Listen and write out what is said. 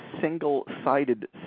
single-sided